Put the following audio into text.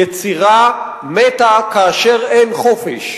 יצירה מתה כאשר אין חופש.